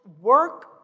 work